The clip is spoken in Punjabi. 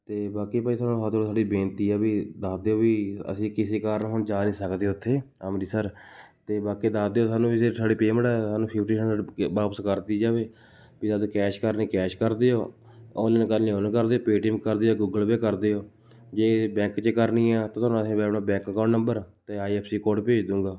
ਅਤੇ ਬਾਕੀ ਭਾਈ ਤੁਹਾਨੂੰ ਹੱਥ ਜੋੜ ਕੇ ਸਾਡੀ ਬੇਨਤੀ ਹੈ ਵੀ ਦੱਸ ਦਿਓ ਵੀ ਅਸੀਂ ਕਿਸੇ ਕਾਰਨ ਹੁਣ ਜਾ ਨਹੀਂ ਸਕਦੇ ਉੱਥੇ ਅੰਮ੍ਰਿਤਸਰ ਅਤੇ ਬਾਕੀ ਦੱਸ ਦਿਓ ਸਾਨੂੰ ਵੀ ਸਾਡੀ ਪੇਮੈਂਟ ਸਾਨੂੰ ਫਿਫਟੀ ਪ੍ਰਸੈਂਟ ਕ ਵਾਪਸ ਕਰਤੀ ਜਾਵੇ ਜਾਂ ਤਾਂ ਕੈਸ਼ ਕਰਨੀ ਕੈਸ਼ ਕਰ ਦਿਓ ਔਨਲਾਈਨ ਕਰਨਾ ਔਨਲਾਈਨ ਕਰ ਦਿਓ ਪੇਅਟੀਐੱਮ ਕਰ ਦਿਓ ਗੂਗਲ ਪੇਅ ਕਰ ਦਿਓ ਜੇ ਬੈਂਕ 'ਚ ਕਰਨੀ ਆ ਤਾਂ ਤੁਹਾਨੂੰ ਅਸੀਂ ਮੈਂ ਆਪਣਾ ਬੈਂਕ ਅਕਾਊਂਟ ਨੰਬਰ 'ਤੇ ਆਈ ਐਫ ਸੀ ਕੋਡ ਭੇਜ ਦੂਗਾ